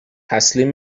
تسلیم